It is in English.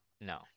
No